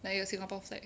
like a singapore flag